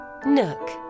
nook